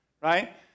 right